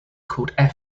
called